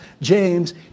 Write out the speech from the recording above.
James